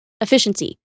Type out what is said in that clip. efficiency